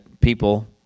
people